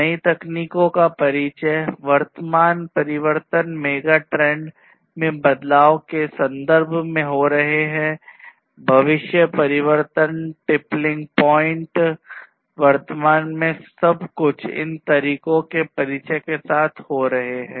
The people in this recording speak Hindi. नई तकनीकों का परिचय वर्तमान परिवर्तन मेगाट्रेंड में बदलाव के संदर्भ में हो रहे हैं भविष्य परिवर्तन tippling पॉइंट वर्तमान में सब कुछ इन तकनीकों के परिचय के साथ हो रहा है